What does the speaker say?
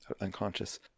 unconscious